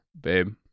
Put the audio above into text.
babe